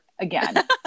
again